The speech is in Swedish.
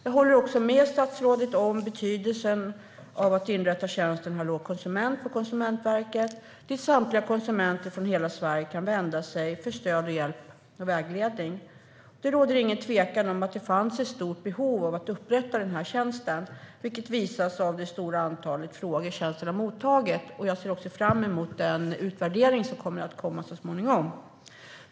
Jag håller också med statsrådet om betydelsen av att inrätta tjänsten Hallå konsument på Konsumentverket, dit samtliga konsumenter i hela Sverige kan vända sig för att få stöd, hjälp och vägledning. Det råder ingen tvekan om att det fanns ett stort behov av att inrätta den här tjänsten, vilket visas av det stora antalet frågor tjänsten har mottagit. Jag ser också fram emot den utvärdering som kommer att komma så småningom.